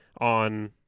on